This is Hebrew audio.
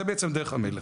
זה בעצם דרך המלך.